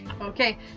Okay